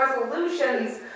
resolutions